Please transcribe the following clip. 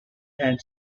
hand